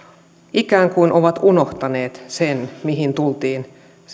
ikään kuin ovat unohtaneet sen mihin tultiin